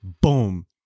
boom